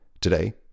Today